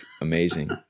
amazing